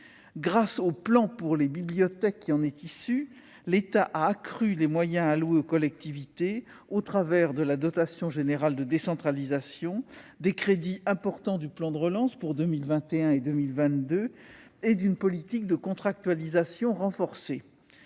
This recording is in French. Grâce au plan Bibliothèques qui en est issu, l'État a accru les moyens alloués aux collectivités au travers de la dotation générale de décentralisation (DGD), des crédits importants du plan de relance pour 2021 et 2022, et d'une politique de contractualisation renforcée.